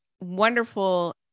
wonderful